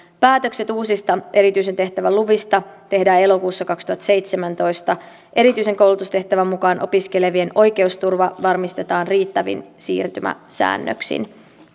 päätökset uusista erityisen tehtävän luvista tehdään elokuussa kaksituhattaseitsemäntoista erityisen koulutustehtävän mukaan opiskelevien oikeusturva varmistetaan riittävin siirtymäsäännöksin